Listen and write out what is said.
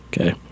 Okay